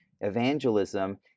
evangelism